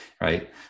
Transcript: Right